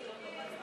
אני לא הצבעתי.